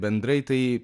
bendrai tai